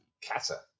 cata